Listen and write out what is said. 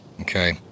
Okay